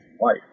life